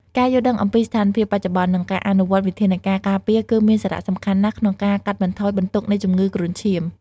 ការយល់ដឹងអំពីស្ថានភាពបច្ចុប្បន្ន និងការអនុវត្តវិធានការការពារគឺមានសារៈសំខាន់ណាស់ក្នុងការកាត់បន្ថយបន្ទុកនៃជំងឺគ្រុនឈាម។